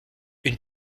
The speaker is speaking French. une